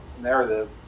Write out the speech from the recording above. narrative